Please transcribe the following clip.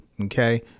Okay